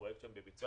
הפרויקט שם בביצוע.